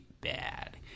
bad